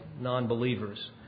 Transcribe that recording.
non-believers